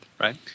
Right